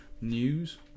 news